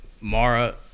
Mara